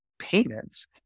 payments